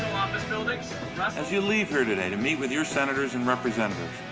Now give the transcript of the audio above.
buildings. as you leave here today to meet with your senators and representatives,